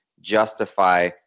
justify